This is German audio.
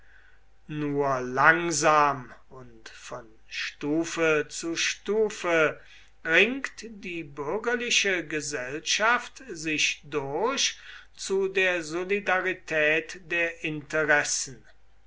nur langsam und von stufe zu stufe ringt die bürgerliche gesellschaft sich durch zu der solidarität der interessen